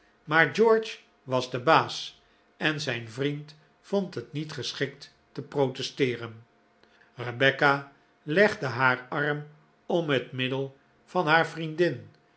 maar george was de baas en zijn vriend vond het niet geschikt te protesteeren rebecca legde haar arm om het middel van haar vriendin